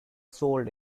sold